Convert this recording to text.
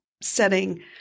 setting